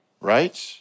right